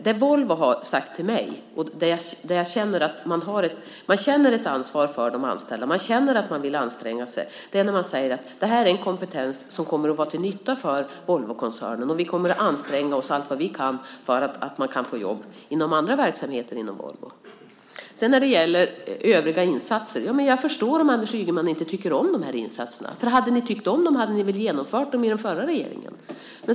Vad Volvo sagt till mig och som gör att jag upplever att de känner ett ansvar för de anställda och att de vill anstränga sig är att det här gäller en kompetens som kommer att vara till nytta för Volvokoncernen och att de kommer att anstränga sig allt de kan för att man ska kunna få jobb inom andra verksamheter inom Volvo. Sedan gäller det övriga insatser. Ja, jag förstår om Anders Ygeman inte tycker om de här insatserna, för hade ni tyckt om dem hade ni väl genomfört dem under den förra regeringen.